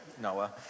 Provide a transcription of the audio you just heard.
Noah